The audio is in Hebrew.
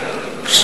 תודה רבה,